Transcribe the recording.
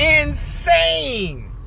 Insane